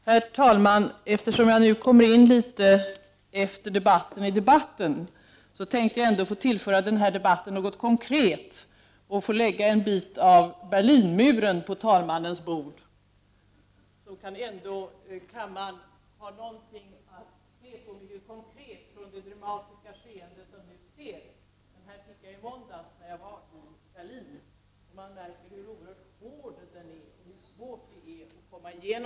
Herr talman! Eftersom jag kommer in i debatten efter debatten vill jag ändå tillföra den något konkret och lägga en bit av Berlinmuren på talmannens bord. Kammarens ledamöter kan därmed titta på ett föremål som anknyter till det dramatiska skeendet i Östberlin. Den här biten av muren fick jag i måndags när jag var i Berlin.